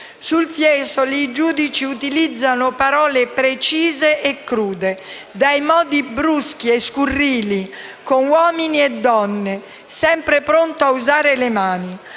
Su Fiesoli i giudizi utilizzano parole precise e crude: «Dai modi bruschi e scurrili, con uomini e donne, sempre pronto a usare le mani».